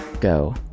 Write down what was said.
go